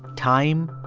time,